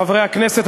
חברי הכנסת,